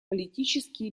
политические